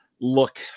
look